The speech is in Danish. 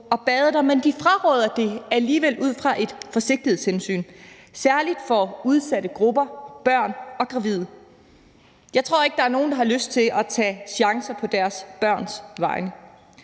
at bade der, men de fraråder det alligevel ud fra et forsigtighedshensyn, særlig for udsatte grupper, børn og gravide. Jeg tror ikke, der er nogen, der har lyst til at tage chancer på deres børns vegne.